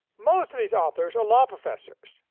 most of these authors are law professors,